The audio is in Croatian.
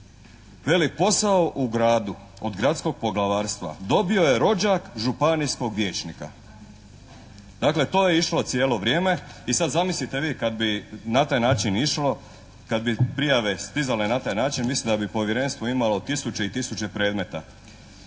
veli posao u gradu od gradskog poglavarstva dobio je rođak županijskog vijećnika. Dakle to je išlo cijelo vrijeme i sada zamislite vi kada bi na taj način išlo, kad bi prijave stizale na taj način mislim da bi povjerenstvo imalo tisuće i tisuće predmeta.